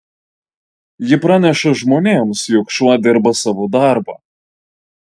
ji praneša žmonėms jog šuo dirba savo darbą